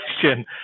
question